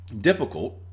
difficult